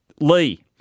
Lee